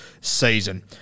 season